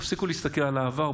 תפסיקו להסתכל על העבר,